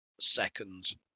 seconds